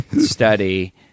study